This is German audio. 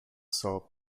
sah